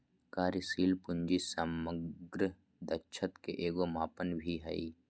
कार्यशील पूंजी समग्र दक्षता के एगो मापन भी हइ